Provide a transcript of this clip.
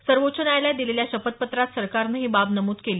सर्वोच्च न्यायालयात दिलेल्या शपथपत्रात सरकारनं ही बाब नमूद केली